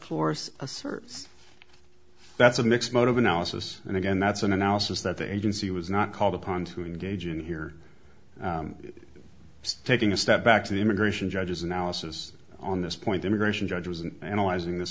asserts that's a mixed mode of analysis and again that's an analysis that the agency was not called upon to engage in here just taking a step back to the immigration judges analysis on this point immigration judges and allies in this